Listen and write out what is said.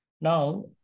Now